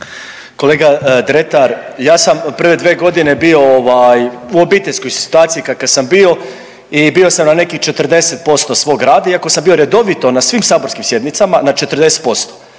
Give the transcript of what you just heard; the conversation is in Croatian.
Kolega Dretar ja sam prve dvije godine bio u obiteljskoj situaciji kakav sam bio i bio sam na nekih 40% svog rada iako sam bio redovito na svim saborskim sjednicama na 40%,